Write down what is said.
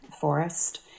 forest